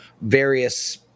various